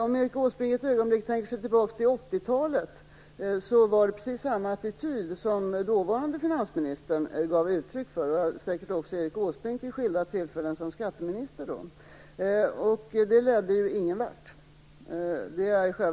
Om Erik Åsbrink för ett ögonblick tänker sig tillbaka till 1980-talet, minns han kanske att dåvarande finansministern gav uttryck för precis samma attityd - det gjorde säkert Erik Åsbrink också som skatteminister vid skilda tillfällen. Det ledde ju ingenvart.